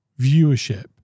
viewership